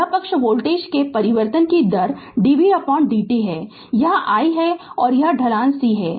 यह पक्ष वोल्टेज के परिवर्तन की दर DVdt है यहाँ i है और यह ढलान c है